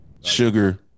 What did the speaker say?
Sugar